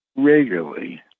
regularly